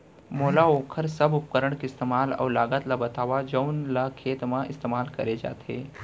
मोला वोकर सब उपकरण के इस्तेमाल अऊ लागत ल बतावव जउन ल खेत म इस्तेमाल करे जाथे?